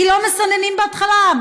כי לא מסננים בהתחלה,